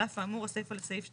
על אף האמור הסיפא לסעיף 2(ד)(1)